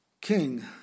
king